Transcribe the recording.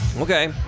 Okay